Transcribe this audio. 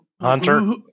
Hunter